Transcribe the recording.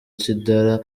tidjara